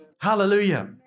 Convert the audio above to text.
hallelujah